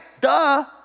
Duh